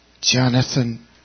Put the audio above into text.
Jonathan